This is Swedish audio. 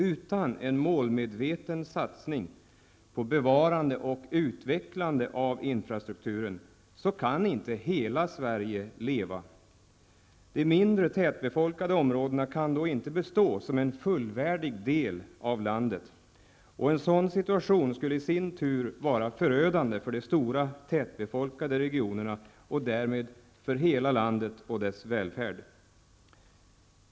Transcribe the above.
Utan en målmedveten satsning på bevarande och utvecklande av infrastrukturen kan inte hela Sverige leva. De mindre tätbefolkade områdena kan då inte bestå som en fullvärdig del av landet. En sådan situation skulle i sin tur vara förödande för de stora tätbefolkade regionerna och därmed för hela landet och dess välfärd.